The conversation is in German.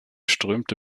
strömte